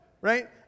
Right